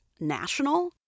National